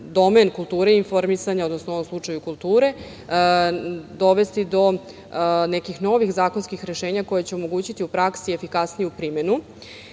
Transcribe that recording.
domen kulture i informisanja, u ovom slučaju kulture, dovesti do nekih novih zakonskih rešenja koja će omogućiti u praksi efikasniju primenu.S